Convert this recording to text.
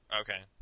Okay